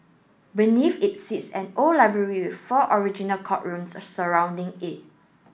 beneath it sits the old library with four original courtrooms surrounding it